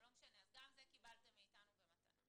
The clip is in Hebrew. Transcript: אז גם זה קיבלתם מאיתנו במתנה.